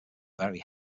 very